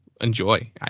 enjoy